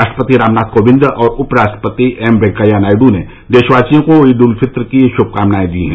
राष्ट्रपति रामनाथ कोविंद और उपराष्ट्रपति एम वैंकेया नायडू ने देशवासियों को ईद उल फित्र पर शुभकामनाएं दी है